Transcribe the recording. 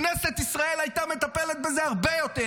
כנסת ישראל הייתה מטפלת בזה הרבה יותר,